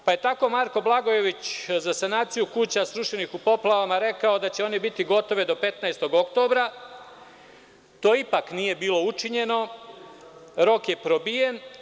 Tako je Marko Blagojević za sanaciju kuća srušenih u poplavama rekao da će one biti gotove do 15. oktobra, a to ipak nije bilo učinjeno i rok je probijen.